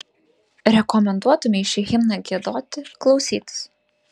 rekomenduotumei šį himną giedoti klausytis